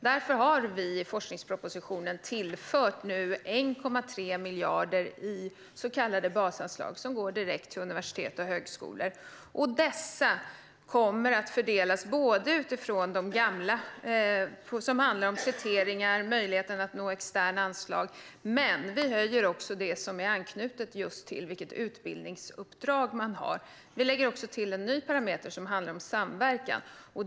Därför har vi nu tillfört 1,3 miljarder i forskningspropositionen i så kallade basanslag som går direkt till universitet och högskolor. Dessa kommer att fördelas utifrån de gamla kriterierna, som handlar om möjligheterna att nå externa anslag. Men vi höjer också det anslag som är knutet till vilket utbildningsuppdrag man har. Vi lägger också till en ny parameter som handlar om samverkan.